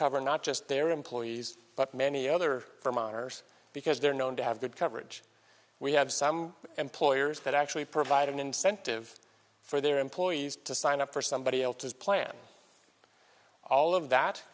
cover not just their employees but many other for minors because they're known to have good coverage we have some employers that actually provide an incentive for their employees to sign up for somebody else's plan all of that